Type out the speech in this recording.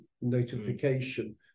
notification